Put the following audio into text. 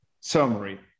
summary